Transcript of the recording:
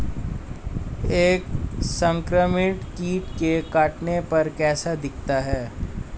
एक संक्रमित कीट के काटने पर कैसा दिखता है?